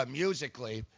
musically